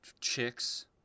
Chicks